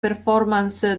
performance